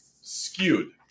skewed